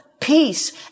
Peace